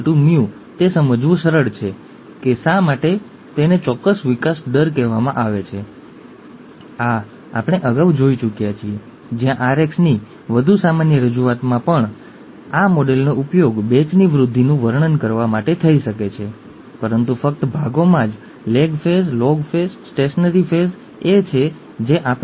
કેટલીકવાર એવું નથી હોતું આણ્વિક પરિભાષામાં આના જેવું નથી હોતું તે વ્યક્તિની ઊંચાઈ હોઈ શકે છે અથવા તે આંખનો રંગ હોઈ શકે છે વગેરે વગેરે